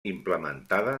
implementada